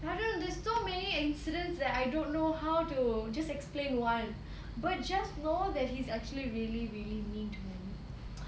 I don't know there's so many incidents that I don't know how to just explain one but just know that he's actually really really mean to me